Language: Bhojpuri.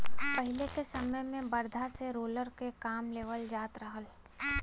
पहिले के समय में बरधा से रोलर क काम लेवल जात रहल